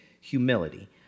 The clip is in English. humility